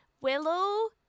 Willow